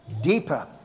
deeper